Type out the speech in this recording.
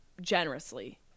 generously